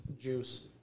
juice